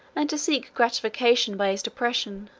and to seek gratification by his depression,